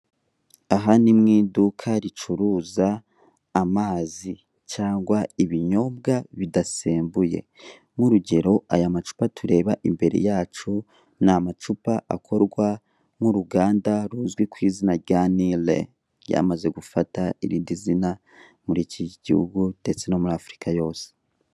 Aha ni mu iduka ricura amazi cyangwa ibinyobwa bidasembuye bidasembuye. Nk'urugero aya macupa tureba imbere yacu ni amacupa akorwa n'uruganda ruzwi ku izina rya nile ryamaze gufata irindi zina muri iki gihugu ndetse no muri afurika yose.